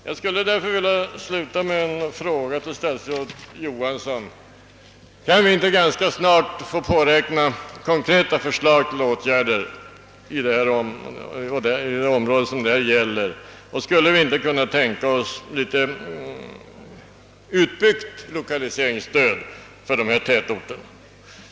Jag vill sluta med att fråga statsrådet Johansson: Kan vi inte snart påräkna konkreta förslag till åtgärder i dessa områden? Och skulle vi inte kunna tänka oss ytterligare lokaliseringsstöd för dessa tätorter?